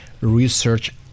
research